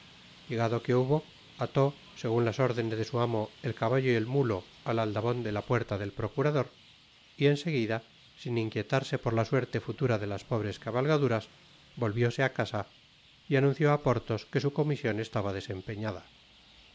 llegado que hubo ató segun las órdenes de su amo el caballo y el mulo at aldabon de la puerta del procurador y en seguida sin inquietarse por la suerte futura de las pobres cabalgaduras volvióse á casa y anunció á porthos que su comision estaba desempeñada